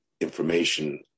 information